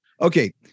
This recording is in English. okay